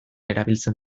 erabiltzen